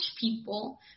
people